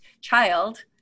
child